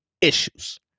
issues